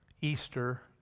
Easter